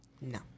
No